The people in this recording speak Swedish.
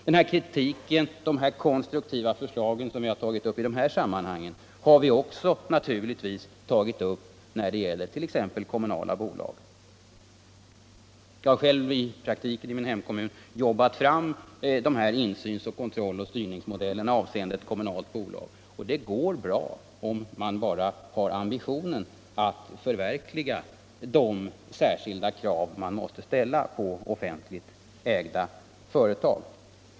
Den kritik och de konstruktiva förslag som vi har framfört i de här sammanhangen har vi naturligtvis framfört också när det gäller t.ex. kommunala bolag. Jag har själv i praktiken i min hemkommun jobbat fram insyns-, kontrolloch styrningsmodellerna avseende ett kommunalt bolag. Det går bra, om man bara har ambitionen att uppfylla de särskilda krav som måste ställas på offentligt ägda företag.